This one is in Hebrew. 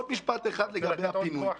רוצה לתת עוד כוח לבג"ץ,